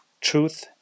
Truth